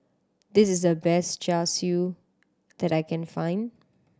this is the best Char Siu that I can find